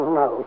no